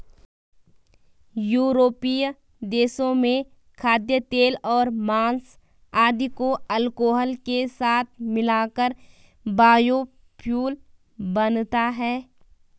यूरोपीय देशों में खाद्यतेल और माँस आदि को अल्कोहल के साथ मिलाकर बायोफ्यूल बनता है